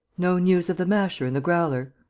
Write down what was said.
no news of the masher and the growler?